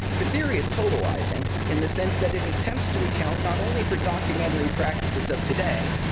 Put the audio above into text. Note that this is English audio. the theory is totalizing, in the sense that it attempts to account not only for documentary practices of today,